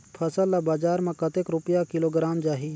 फसल ला बजार मां कतेक रुपिया किलोग्राम जाही?